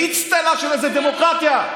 באצטלה של איזה דמוקרטיה.